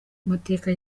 amateka